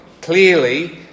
clearly